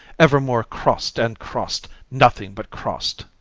evermore cross'd and cross'd nothing but cross'd!